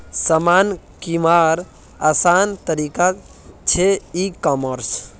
सामान किंवार आसान तरिका छे ई कॉमर्स